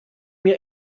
mir